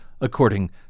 according